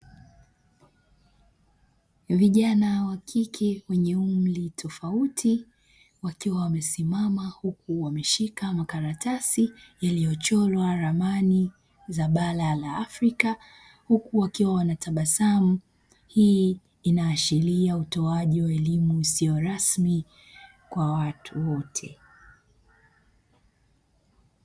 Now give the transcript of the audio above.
Vijana wa kike wenye umri tofauti wakiwa wamesimama huku wameshika makaratasi yaliyochorwa ramani za bara la afrika huku wakiwa wanatabasamu hii inaashiria utoaji wa elimu isiyo rasmi kwa watu wote